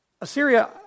Assyria